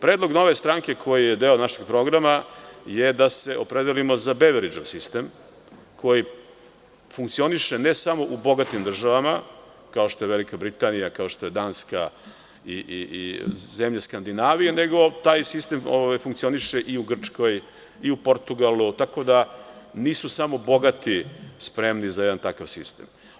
Predlog Nove stranke, koji je deo našeg programa, je da se opredelimo za Beveridžov sistem, koji funkcioniše ne samo u bogatim državama kao što je Velika Britanija, kao što je Danska i zemlje Skandinavije, nego taj sistem funkcioniše i u Grčkoj i u Portugalu, tako da nisu samo bogati spremni za jedan takav sistem.